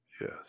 yes